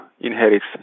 inherits